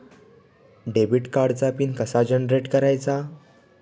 Debit कार्डचा pin कसा generate करायचा?